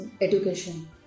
education